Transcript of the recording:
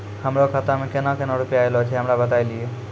हमरो खाता मे केना केना रुपैया ऐलो छै? हमरा बताय लियै?